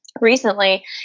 recently